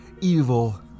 evil